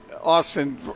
Austin